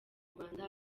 rwanda